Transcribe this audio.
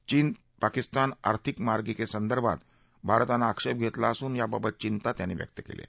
चीन पाकिस्तान आर्थिक मार्गिकेसंदर्भात भारतानं आक्षेप घेतला असून याबाबत चिंता व्यक्त केली आहे